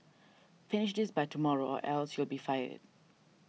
finish this by tomorrow or else you'll be fired